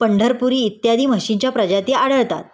पंढरपुरी इत्यादी म्हशींच्या प्रजाती आढळतात